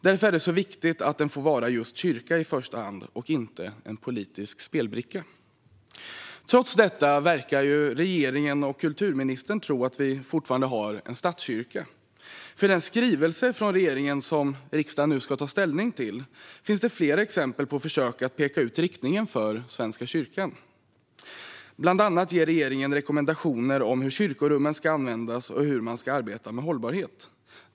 Därför är det viktigt att den får vara just kyrka i första hand och inte en politisk spelbricka. Trots detta verkar regeringen och kulturministern tro att vi fortfarande har en statskyrka. I den skrivelse från regeringen som riksdagen nu ska ta ställning till finns flera exempel på försök att peka ut riktningen för Svenska kyrkan. Bland annat ger regeringen rekommendationer om hur kyrkorummen ska användas och hur man ska arbeta med hållbarhet.